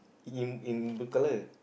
in in blue colour